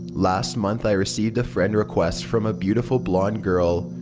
last month i received a friend request from a beautiful blonde girl.